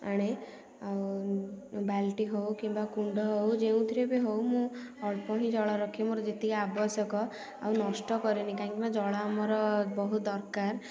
ଆଣେ ଆଉ ବାଲ୍ଟି ହେଉ କିମ୍ୱା କୁଣ୍ଡ ହେଉ ଯେଉଁଥିରେ ବି ହେଉ ମୁଁ ଅଳ୍ପ ହିଁ ଜଳ ରଖେ ମୋର ଯେତିକି ଆବଶ୍ୟକ ଆଉ ନଷ୍ଟ କରେନି କାହିଁକି ନା ଜଳ ଆମର ବହୁତ ଦରକାର